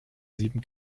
sieben